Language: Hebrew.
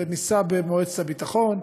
וניסה במועצת הביטחון,